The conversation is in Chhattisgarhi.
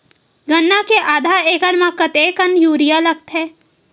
गन्ना के आधा एकड़ म कतेकन यूरिया लगथे?